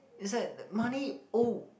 it's like money oh